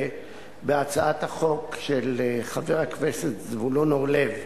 בהצעת החוק של חבר הכנסת זבולון אורלב